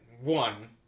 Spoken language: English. one